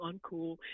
uncool